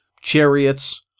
chariots